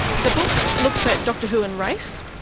the book looks at doctor who and race,